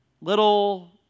little